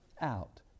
out